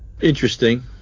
interesting